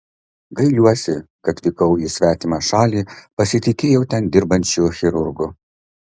gailiuosi kad vykau į svetimą šalį pasitikėjau ten dirbančiu chirurgu